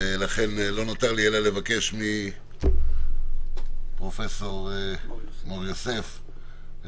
לא נותר לי אלא לבקש מפרופסור שלמה מור-יוסף,